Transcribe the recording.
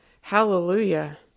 hallelujah